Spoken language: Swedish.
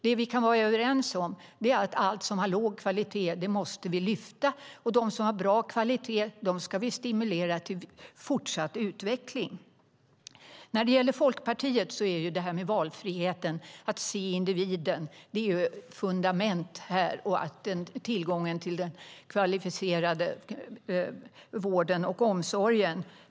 Vi kan dock vara överens om att allt som har låg kvalitet måste vi lyfta, och de som har bra kvalitet ska vi stimulera till fortsatt utveckling. För Folkpartiet är valfriheten, att se individen, ett fundament när det gäller tillgången till den kvalificerade vården och omsorgen.